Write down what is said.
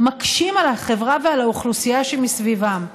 מקשים על החברה ועל האוכלוסייה שמסביבם.